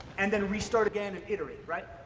and then restart again and iterate, right?